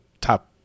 top